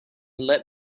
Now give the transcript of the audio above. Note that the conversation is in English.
let